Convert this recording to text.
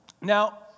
Now